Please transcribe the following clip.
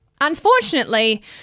Unfortunately